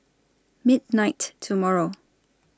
midnight tomorrow